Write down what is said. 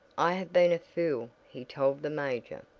i have been a fool, he told the major,